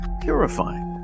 purifying